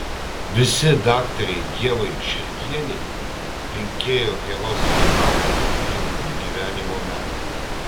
visi daktarei ievai širkienei linkėjo geros sveikatos ir ilgų gyvenimo metų